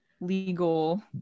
legal